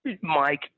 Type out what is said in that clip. Mike